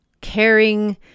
caring